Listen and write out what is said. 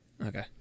Okay